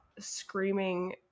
screaming